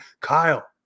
kyle